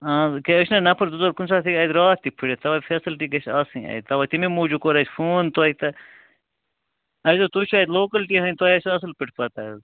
ٲسۍ چھِناہ نفر زٕ ژور کُنہِ ساتہٕ ہیٚکہِ اَسہِ رات تہِ پھُٹِتھ تَوَے فیسلٹی گژھِ آسٕنۍ اَتہِ تَوَے تَمے موٗجوٗب کوٚر اَسہِ فون تۄہہِ تہٕ اَسہِ دوٚپ تُہۍ چھُو اَتہِ لوکل تِہٕنٛدۍ تۄہہِ آسوٕ اَصٕل پٲٹھۍ پَتاہ حظ